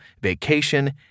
vacation